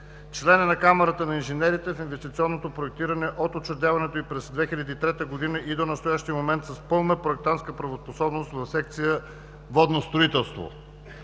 Член е на Камара на инженерите в инвестиционното проектиране от учредяването ѝ през 2003 г. и до настоящия момент с пълна проектантска правоспособност в секция „Водно строителство“.